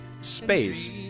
space